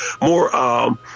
more